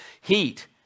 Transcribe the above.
heat